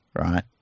right